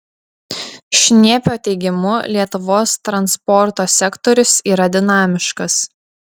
šniepio teigimu lietuvos transporto sektorius yra dinamiškas